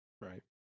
Right